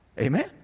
Amen